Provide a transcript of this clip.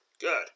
good